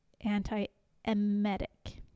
anti-emetic